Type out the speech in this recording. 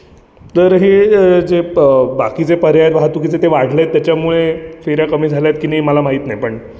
तर हे जे ब बाकीचे पर्याय वाहतुकीचे ते वाढलेत त्याच्यामुळे फेऱ्या कमी झाल्या आहेत की नाही मला माहीत नाही पण